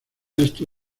esto